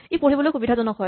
ই পঢ়িবলৈ সুবিধাজনক হয়